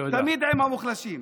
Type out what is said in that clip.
תמיד עם המוחלשים.